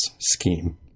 scheme